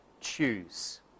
choose